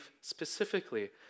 specifically